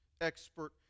expert